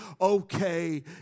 okay